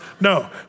No